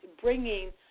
bringing